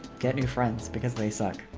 get new friends because they suck.